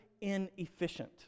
inefficient